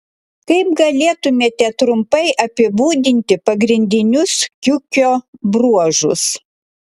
kaip galėtumėte trumpai apibūdinti pagrindinius kiukio bruožus